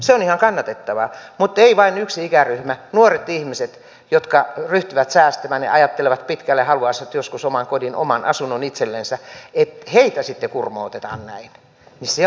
se on ihan kannatettavaa mutta se että vain yhtä ikäryhmää nuoria ihmisiä jotka ryhtyvät säästämään ja ajattelevat pitkälle ja haluaisivat joskus oman kodin oman asunnon itsellensä sitten kurmotetaan näin on kyllä väärin